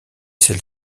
celle